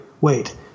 wait